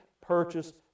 purchased